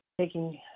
taking